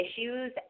issues